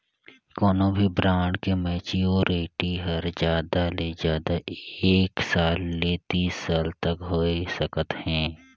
कोनो भी ब्रांड के मैच्योरिटी हर जादा ले जादा एक साल ले तीस साल तक होए सकत हे